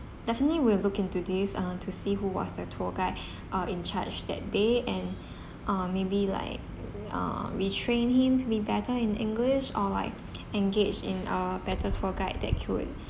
definitely we'll look into this uh to see who was the tour guide uh in charge that day and uh maybe like uh re-train him to be better in english or like engage in a better tour guide that could